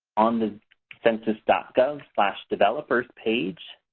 on the census gov developers page,